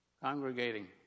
Congregating